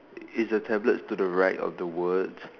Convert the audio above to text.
is a tablet to the right of the words